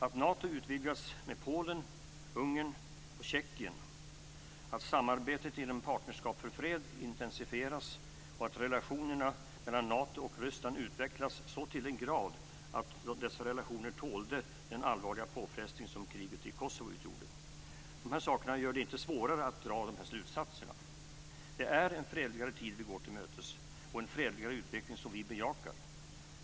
Att Nato utvidgats med Polen, Ungern och Tjeckien, att samarbetet inom Partnerskap för fred intensifieras och att relationerna mellan Nato och Ryssland utvecklats så till den grad att dessa relationer tålde den allvarliga påfrestning som kriget i Kosovo utgjorde, gör det inte svårare att dra dessa slutsatser. Det är en fredligare tid vi går till mötes och en fredligare utveckling som vi bejakar.